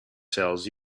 tells